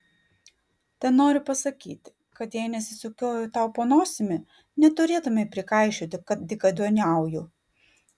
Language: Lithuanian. tenoriu pasakyti kad jei nesisukioju tau po nosimi neturėtumei prikaišioti kad dykaduoniauju